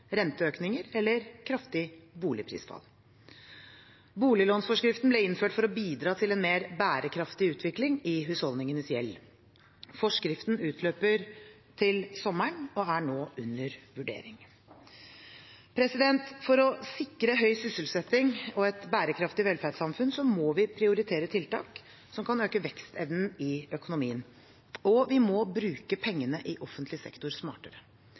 renteøkninger eller kraftig boligprisfall. Boliglånsforskriften ble innført for å bidra til en mer bærekraftig utvikling i husholdningenes gjeld. Forskriften utløper til sommeren og er nå under vurdering. For å sikre høy sysselsetting og et bærekraftig velferdssamfunn må vi prioritere tiltak som kan øke vekstevnen i økonomien, og vi må bruke pengene i offentlig sektor smartere.